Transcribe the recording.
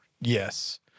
Yes